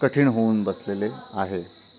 कठीण होऊन बसलेले आहे